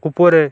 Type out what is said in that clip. উপরে